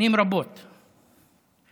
שנים רבות ובדקתי,